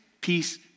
peace